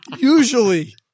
usually